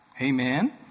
Amen